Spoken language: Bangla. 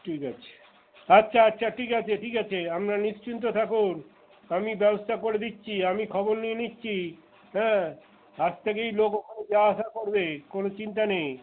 ঠিক আছে আচ্ছা আচ্ছা ঠিক আছে ঠিক আছে আপনারা নিশ্চিন্ত থাকুন আমি ব্যবস্থা করে দিচ্ছি আমি খবর নিয়ে নিচ্ছি হ্যাঁ আজ থেকেই লোক ওখানে যাওয়া আসা করবে কোনো চিন্তা নেই